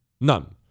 none